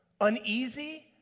uneasy